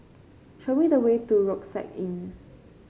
show me the way to Rucksack Inn